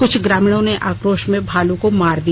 कुछ ग्रामीणों ने आक्रोश में भालू को मार दिया